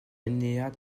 alinéas